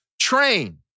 train